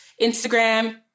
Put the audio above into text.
Instagram